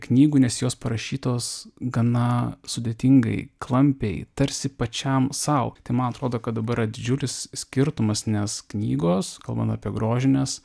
knygų nes jos parašytos gana sudėtingai klampiai tarsi pačiam sau tai man atrodo kad dabar yra didžiulis skirtumas nes knygos kalbant apie grožines